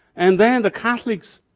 and then the catholics,